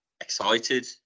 excited